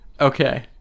Okay